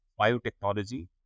biotechnology